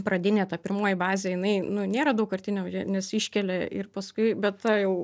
pradinė ta pirmoji bazė jinai nu nėra daugkartinių nes iškelia ir paskui bet ta jau